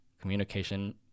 communication